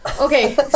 Okay